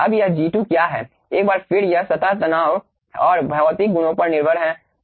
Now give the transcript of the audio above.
अब यह G2 क्या है एक बार फिर यह सतह तनाव और भौतिक गुणों पर निर्भर है